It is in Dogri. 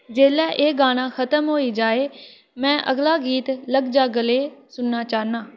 जेल्लै एह् गाना खतम होई जाए में अगला गीत लग जा गल्ले सुनना चाह्न्नां